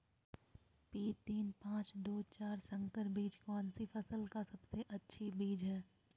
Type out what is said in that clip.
P तीन पांच दू चार संकर बीज कौन सी फसल का सबसे अच्छी बीज है?